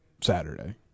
Saturday